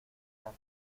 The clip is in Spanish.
casa